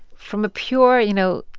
from a pure, you know,